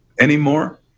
anymore